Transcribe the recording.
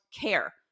care